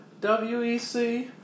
WEC